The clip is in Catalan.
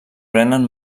prenen